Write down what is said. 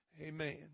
Amen